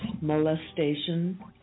molestation